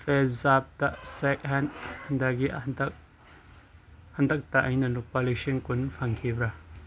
ꯄꯦ ꯖꯥꯞꯇ ꯁꯦꯛꯍꯦꯟꯗꯒꯤ ꯍꯟꯇꯛ ꯍꯟꯇꯛꯇ ꯑꯩꯅ ꯂꯨꯄꯥ ꯂꯤꯁꯤꯡ ꯀꯨꯟ ꯐꯪꯈꯤꯕ꯭ꯔꯥ